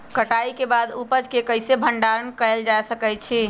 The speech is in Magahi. कटाई के बाद उपज के कईसे भंडारण कएल जा सकई छी?